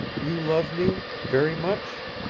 you love me very much?